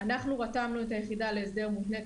אנחנו רתמנו את היחידה להסדר מותנה,